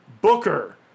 Booker